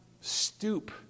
stoop